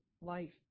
life